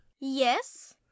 yes